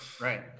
right